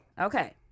Okay